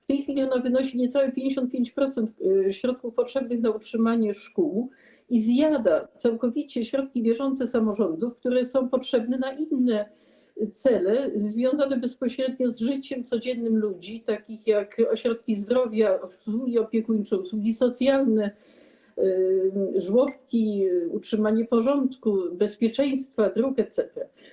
W tej chwili ona wynosi niecałe 55% środków potrzebnych na utrzymanie szkół i zjada całkowicie środki bieżące samorządów, które są potrzebne na inne cele związane bezpośrednio z życiem codziennym ludzi, takie cele jak ośrodki zdrowia, usługi opiekuńcze, usługi socjalne, żłobki, utrzymanie porządku, bezpieczeństwa, dróg etc.